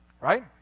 right